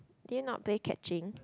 did you not play catching